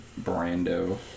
Brando